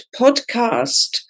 podcast